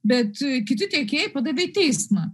bet kiti tiekėjai padavė į teismą